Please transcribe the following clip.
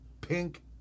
pink